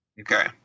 Okay